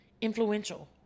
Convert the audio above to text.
influential